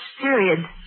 period